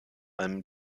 allem